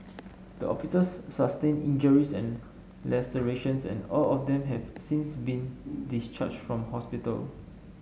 the officers sustained injuries and lacerations and all of them have since been discharged from hospital